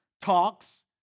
talks